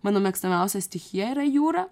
mano mėgstamiausia stichija yra jūra